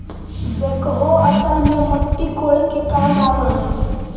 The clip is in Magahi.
बेक्हो असल में मट्टी कोड़े के काम आवऽ हई